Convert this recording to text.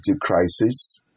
crisis